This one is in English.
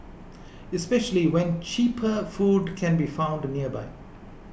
especially when cheaper food can be found nearby